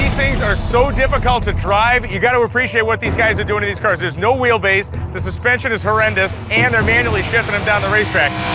things are so difficult to drive, you got to appreciate what these guys are doin' in these cars. there's no wheel base, the suspension is horrendous, and they're manually shifting them down the racetrack.